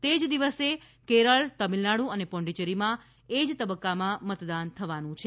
તે જ દિવસે કેરળ તમિળનાડુ અને પુડુચ્ચેરીમાં એક જ તબક્કામાં મતદાન થવાનું છે